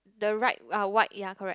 the right uh white ya correct